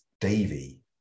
Davy